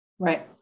Right